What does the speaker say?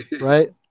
right